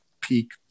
peak